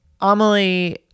Amelie